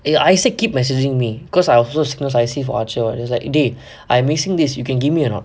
and isaac keep messaging me because I also signals I_C for archer [what] he was like dey I missing this you can give me or not